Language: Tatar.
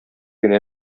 генә